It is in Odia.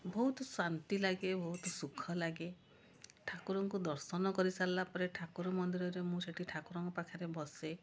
ବହୁତ ଶାନ୍ତି ଲାଗେ ବହୁତ ସୁଖ ଲାଗେ ଠାକୁରଙ୍କୁ ଦର୍ଶନ କରିସାରିଲା ପରେ ଠାକୁର ମନ୍ଦିରରେ ମୁଁ ସେଇଠି ଠାକୁରଙ୍କୁ ପାଖରେ ବସେ